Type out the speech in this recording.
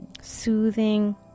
soothing